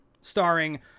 starring